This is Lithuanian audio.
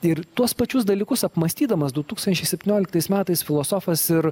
ir tuos pačius dalykus apmąstydamas du tūkstančiai septynioliktais metais filosofas ir